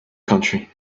country